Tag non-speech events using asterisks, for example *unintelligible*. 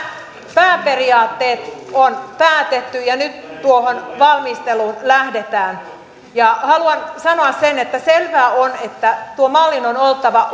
pääperiaatteet on päätetty ja nyt tuohon valmisteluun lähdetään haluan sanoa sen että selvää on että tuon mallin on oltava *unintelligible*